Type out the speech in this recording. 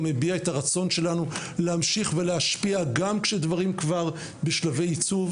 הביעה את הרצון שלנו להמשיך ולהשפיע גם כשדברים כבר בשלבי עיצוב,